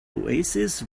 oasis